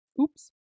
Oops